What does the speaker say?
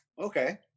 okay